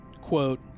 quote